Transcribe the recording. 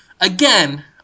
again